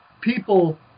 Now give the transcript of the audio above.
people